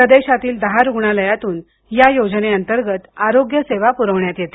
प्रदेशातील दहा रुग्णालयातून या योजनेंतर्गत आरोग्य सेवा पुरवण्यात येते